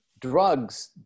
drugs